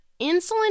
insulin